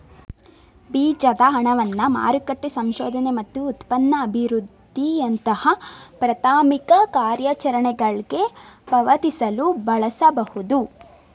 ಬೀಜದ ಹಣವನ್ನ ಮಾರುಕಟ್ಟೆ ಸಂಶೋಧನೆ ಮತ್ತು ಉತ್ಪನ್ನ ಅಭಿವೃದ್ಧಿಯಂತಹ ಪ್ರಾಥಮಿಕ ಕಾರ್ಯಾಚರಣೆಗಳ್ಗೆ ಪಾವತಿಸಲು ಬಳಸಬಹುದು